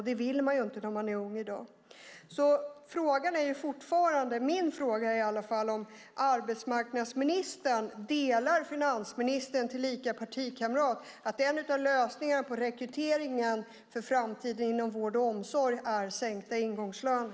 Det vill man inte när man är ung i dag. Min fråga är om arbetsmarknadsministern delar finansministerns, tillika partikamrat, uppfattning att en av lösningarna i fråga om rekryteringen för framtiden inom vård och omsorg är sänkta ingångslöner.